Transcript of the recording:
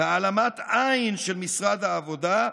והעלמת עין של משרד העבודה,